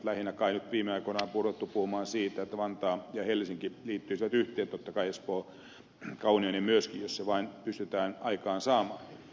lähinnä kai nyt viime aikoina on ruvettu puhumaan siitä että vantaa ja helsinki liittyisivät yhteen totta kai espoo ja kauniainen myöskin jos se vain pystytään aikaansaamaan